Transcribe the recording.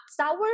sour